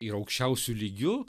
ir aukščiausiu lygiu